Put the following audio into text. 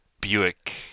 Buick